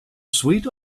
sweet